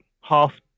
half